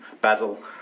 Basil